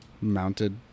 mounted